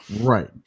Right